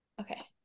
Okay